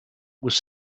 was